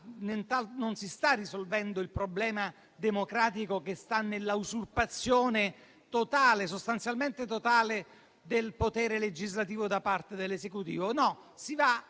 Non si sta risolvendo il problema democratico che sta nella usurpazione sostanzialmente totale del potere legislativo da parte dell'Esecutivo.